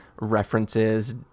references